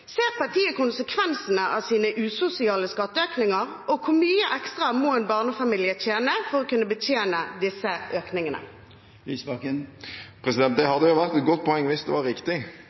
Ser partiet konsekvensene av sine usosiale skatteøkninger, og hvor mye ekstra må en barnefamilie tjene for å kunne betjene disse økningene? Det hadde vært et godt poeng hvis det var riktig,